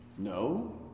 No